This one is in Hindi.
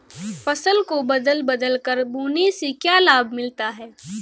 फसल को बदल बदल कर बोने से क्या लाभ मिलता है?